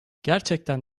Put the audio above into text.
gerçekten